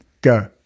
Go